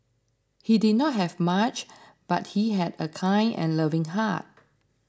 he did not have much but he had a kind and loving heart